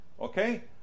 okay